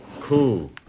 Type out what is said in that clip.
Cool